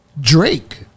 Drake